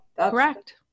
Correct